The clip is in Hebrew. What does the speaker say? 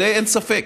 בזה אין ספק.